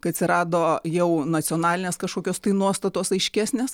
kai atsirado jau nacionalinės kažkokios tai nuostatos aiškesnės